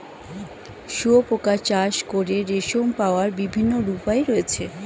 শুঁয়োপোকা চাষ করে রেশম পাওয়ার বিভিন্ন উপায় রয়েছে